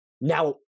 now